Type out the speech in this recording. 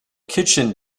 kitchen